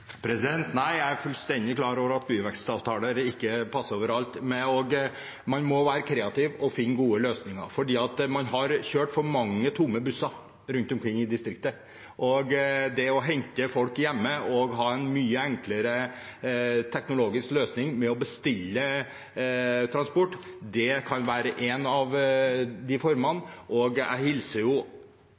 Nei, jeg er fullstendig klar over at byvekstavtaler ikke passer overalt. Man må være kreativ og finne gode løsninger, for man har kjørt for mange tomme busser rundt omkring i distriktene. Det å hente folk hjemme og ha en mye enklere teknologisk løsning med å bestille transport kan være én av de formene, og jeg